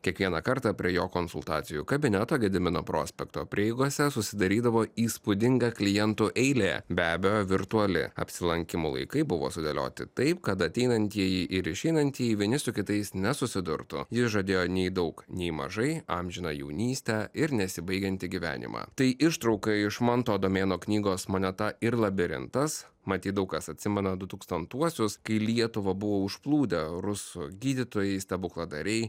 kiekvieną kartą prie jo konsultacijų kabineto gedimino prospekto prieigose susidarydavo įspūdinga klientų eilė be abejo virtuali apsilankymo laikai buvo sudėlioti taip kad ateinantieji ir išeinantieji vieni su kitais nesusidurtų jis žadėjo nei daug nei mažai amžiną jaunystę ir nesibaigiantį gyvenimą tai ištrauka iš manto adomėno knygos moneta ir labirintas matyt daug kas atsimena du tūkstantuosius kai lietuvą buvo užplūdę rusų gydytojai stebukladariai